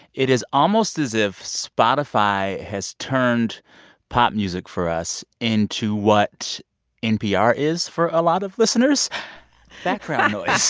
it is almost as if spotify has turned pop music for us into what npr is for a lot of listeners background noise